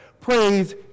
praise